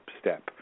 step